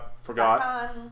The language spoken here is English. forgot